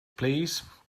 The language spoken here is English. please